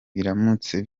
biramutse